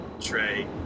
Trey